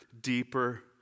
deeper